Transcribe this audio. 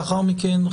לאחר מכן,